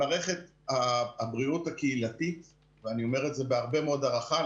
למערכת הבריאות הקהילתית ואני אומר את זה בהרבה מאוד הערכה,